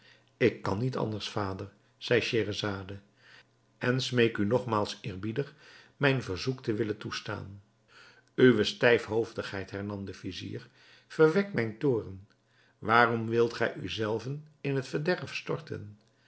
ik kan niet anders vader zeide scheherazade en smeek u nogmaals eerbiedig mijn verzoek te willen toestaan uwe stijfhoofdigheid hernam de vizier verwekt mijnen toorn waarom wilt gij u zelve in het verderf storten